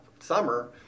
summer